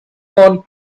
horn